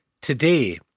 today